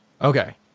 Okay